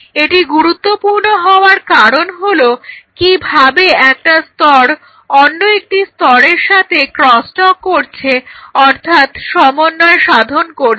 এটি গুরুত্বপূর্ণ হওয়ার কারণ হলো কিভাবে একটা স্তর অন্য একটি স্তরের সাথে ক্রস টক করছে অর্থাৎ সমন্বয় সাধন করছে